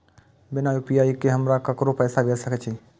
बिना यू.पी.आई के हम ककरो पैसा भेज सके छिए?